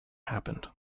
happened